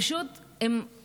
הן פשוט הופקרו.